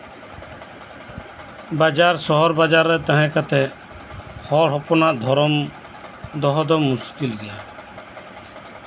ᱵᱟᱡᱟᱨ ᱥᱚᱦᱚᱨ ᱵᱟᱡᱟᱨ ᱨᱮ ᱛᱟᱦᱮᱸ ᱠᱟᱛᱮ ᱦᱚᱲ ᱦᱚᱯᱚᱱᱟᱜ ᱫᱷᱚᱨᱚᱢ ᱫᱚᱦᱚ ᱫᱚ ᱢᱩᱥᱠᱤᱞ ᱜᱮᱭᱟ